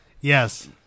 Yes